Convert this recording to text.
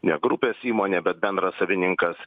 ne grupės įmonė bet bendrasavininkas